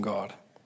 God